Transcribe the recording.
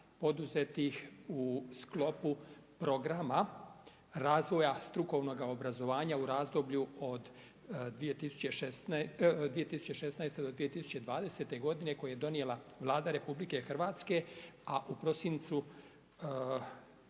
poduzeti ih u sklopu programa razvoja strukovnog obrazovanja u razdoblju od 2016. do 2020. godine koje je donijela Vlada RH, a u prosincu